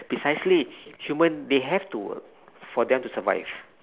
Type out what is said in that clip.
precisely humans they have to work for humans to survive